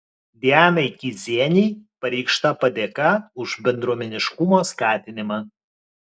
dianai kizienei pareikšta padėka už bendruomeniškumo skatinimą